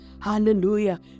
hallelujah